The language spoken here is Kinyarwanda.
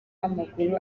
w’amaguru